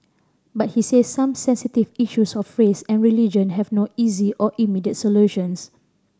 but he said some sensitive issues of face and religion have no easy or immediate solutions